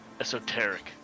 esoteric